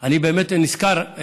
אני באמת נזכר,